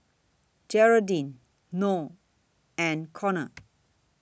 Geraldine Noe and Conor